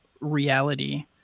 reality